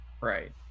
Right